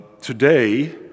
Today